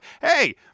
Hey